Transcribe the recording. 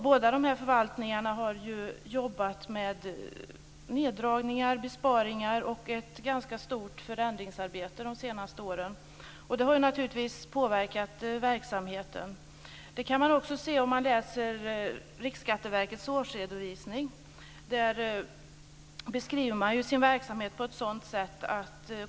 Båda dessa förvaltningar har jobbat med neddragningar, besparingar och ett ganska stort förändringsarbete de senaste åren. Det har naturligtvis påverkat verksamheten. Det kan man också se om man läser Riksskatteverkets årsredovisning. Där beskriver man sin verksamhet.